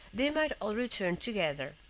they might all return together.